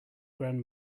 grand